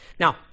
Now